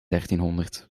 dertienhonderd